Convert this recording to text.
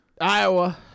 Iowa